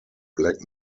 black